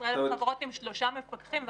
16,000 חברות עם שלושה מפקחים.